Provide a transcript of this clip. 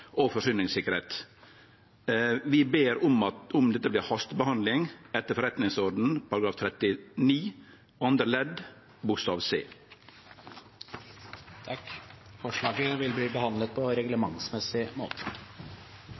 og forsyningssikkerheit. Vi ber om at om dette blir hastebehandla etter forretningsordenens § 39 andre ledd c. Forslaget vil bli behandlet på reglementsmessig måte.